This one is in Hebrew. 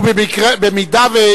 במדינת ישראל.